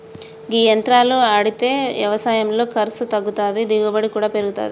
గీ యంత్రాలు ఆడితే యవసాయంలో ఖర్సు తగ్గుతాది, దిగుబడి కూడా పెరుగుతాది